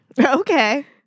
Okay